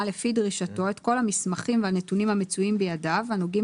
לפי דרישתו את כל המסמכים והנתונים המצויים בידיו והנוגעים